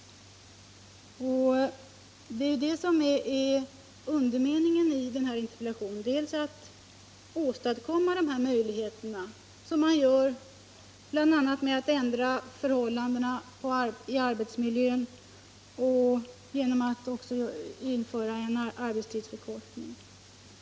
Det är det som är undermeningen i min interpellation. Möjligheterna härtill kan man åstadkomma bl.a. genom att ändra förhållandena i arbetsmiljön och genom att införa en arbetstidsförkortning.